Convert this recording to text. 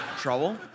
Trouble